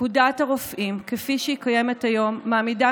פקודת הרופאים כפי שהיא קיימת היום מעמידה